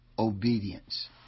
Obedience